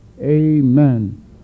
Amen